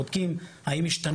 בודקים האם השתנו דברים מאז.